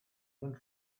went